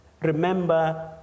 remember